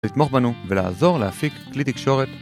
לתמוך בנו ולעזור להפיק כלי תקשורת